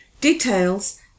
Details